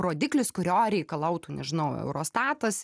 rodiklis kurio reikalautų nežinau eurostatas